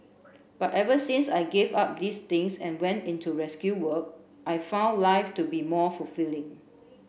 but ever since I gave up these things and went into rescue work I've found life to be more fulfilling